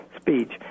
speech